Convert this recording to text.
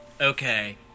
okay